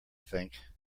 think